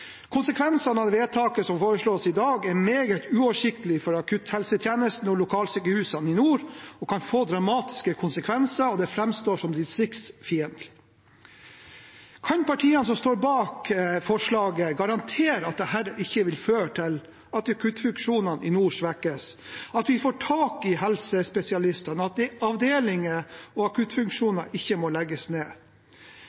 Konsekvensene av vedtaket som foreslås i dag, er meget uoversiktlig for akutthelsetjenesten og lokalsykehusene i nord. Det kan få dramatiske konsekvenser og framstår som distriktsfiendtlig. Kan partiene som står bak forslaget, garantere at dette ikke vil føre til at akuttfunksjonene i nord svekkes, at vi får tak i helsespesialister, og at avdelinger og akuttfunksjoner ikke må legges ned? Er